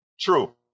True